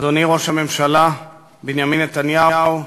אדוני ראש הממשלה בנימין נתניהו,